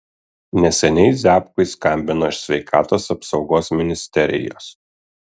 neseniai ziabkui skambino iš sveikatos apsaugos ministerijos